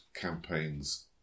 campaigns